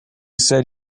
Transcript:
said